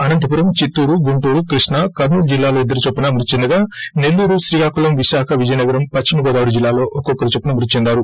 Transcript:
అనంతపురం చిత్తూరు గుంటూరు కృష్ణా కర్నూలు జిల్లాల్లో ఇద్దరు చొప్పున మృతి చెందిగా నెల్లూరు శ్రీకాకుళం విశాఖ విజయనగరం పశ్చిమ గోదావరి జిల్లాల్లో ఒక్కొక్కరు చొప్పున మృతి చెందారు